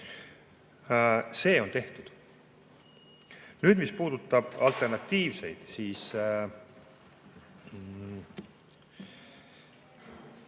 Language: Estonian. See on tehtud. Nüüd, mis puudutab alternatiivseid